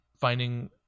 finding